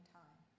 time